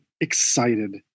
excited